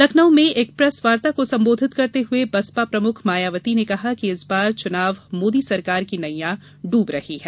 लखनऊ में एक प्रेस वार्ता को संबोधित करते हुए बसपा प्रमुख मायावती ने कहा इस बार चुनाव मोदी सरकार की नैया डूब रही है